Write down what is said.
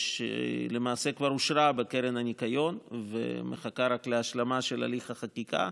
שלמעשה כבר אושרה בקרן הניקיון ומחכה רק להשלמה של הליך החקיקה,